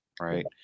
Right